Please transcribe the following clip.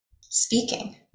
speaking